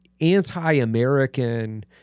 anti-American